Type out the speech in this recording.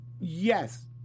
yes